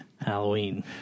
Halloween